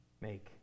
make